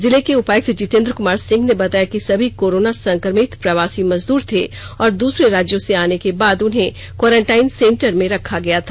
जिले के उपायुक्त जितेंद्र कुमार सिंह ने बताया कि सभी कोरोना संक्रमित प्रवासी मजदूर थे और दूसरे राज्यों से आर्न के बाद उन्हें क्वारंटाइन सेंटर में रखा गया था